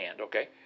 okay